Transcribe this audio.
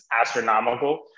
astronomical